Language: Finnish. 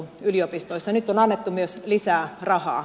nyt on annettu myös lisää rahaa